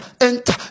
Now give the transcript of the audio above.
enter